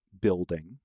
building